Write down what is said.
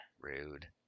Rude